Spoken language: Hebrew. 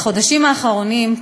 בחודשים האחרונים,